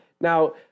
Now